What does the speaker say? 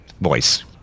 voice